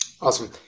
Awesome